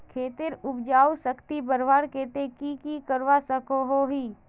खेतेर उपजाऊ शक्ति बढ़वार केते की की करवा सकोहो ही?